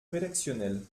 rédactionnelle